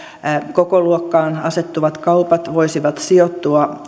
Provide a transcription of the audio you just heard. kokoluokkaan asettuvat kaupat voisivat sijoittua